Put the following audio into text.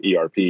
ERP